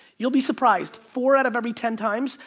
you'll be surprised, four out of every ten times,